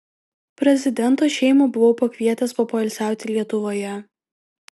prezidento šeimą buvau pakvietęs papoilsiauti lietuvoje